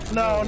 no